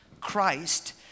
Christ